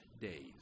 days